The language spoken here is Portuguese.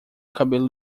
cabelo